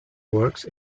works